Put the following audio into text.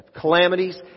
calamities